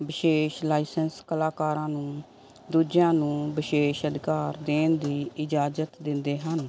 ਵਿਸ਼ੇਸ਼ ਲਾਈਸੈਂਸ ਕਲਾਕਾਰਾਂ ਨੂੰ ਦੂਜਿਆਂ ਨੂੰ ਵਿਸ਼ੇਸ਼ ਅਧਿਕਾਰ ਦੇਣ ਦੀ ਇਜਾਜ਼ਤ ਦਿੰਦੇ ਹਨ